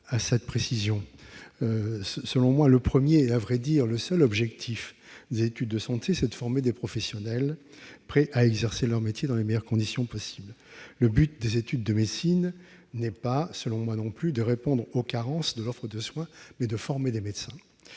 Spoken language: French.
de ces précisions. Selon moi, le premier et, à vrai dire, le seul objectif des études de santé est de former des professionnels prêts à exercer leur métier dans les meilleures conditions possible. Toujours selon moi, le but des études de médecine n'est pas non plus de répondre aux carences de l'offre de soins. Il est de former des médecins.